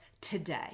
today